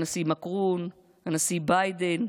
הנשיא מקרון, הנשיא ביידן,